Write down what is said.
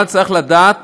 אבל צריך לדעת